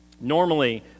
Normally